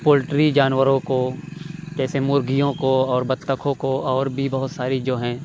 poultry جانوروں کو جیسے مرغیوں کو اور بطخوں کو اور بھی بہت ساری جو ہیں